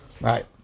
Right